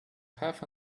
half